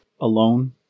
Alone